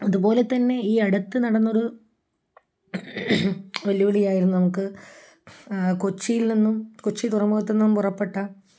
അതുപോലെ തന്നെ ഈ അടുത്ത് നടന്നയൊരു വെല്ലുവിളിയായിരുന്നു നമുക്ക് കൊച്ചിയിൽ നിന്നും കൊച്ചി തുറമുഖത്ത് നിന്നും പുറപ്പെട്ട